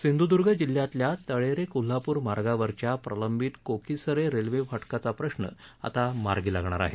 सिंधुदर्ग जिल्ह्यातल्या तळेरे कोल्हापुर मार्गावरच्या प्रलंबित कोकीसरे रेल्वे फाटकाचा प्रश्न आता मार्गी लागणार आहे